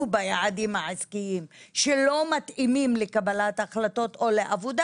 ביעדים העסקיים שלא מתאימים לקבלת החלטות או לעבודה,